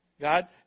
God